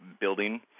building